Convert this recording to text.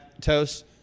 toast